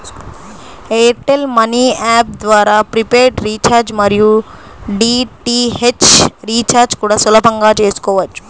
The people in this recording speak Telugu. ఎయిర్ టెల్ మనీ యాప్ ద్వారా ప్రీపెయిడ్ రీచార్జి మరియు డీ.టీ.హెచ్ రీచార్జి కూడా సులభంగా చేసుకోవచ్చు